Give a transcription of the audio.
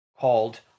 called